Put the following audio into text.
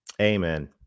Amen